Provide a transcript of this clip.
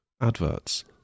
Adverts